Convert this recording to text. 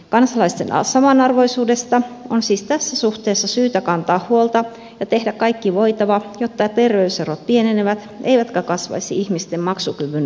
kansalaisten samanarvoisuudesta on siis tässä suhteessa syytä kantaa huolta ja tehdä kaikki voitava jotta terveyserot pienenevät eivätkä kasvaisi ihmisten maksukyvyn mukaan